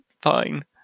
fine